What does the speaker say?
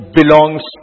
belongs